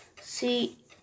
See